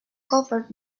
covered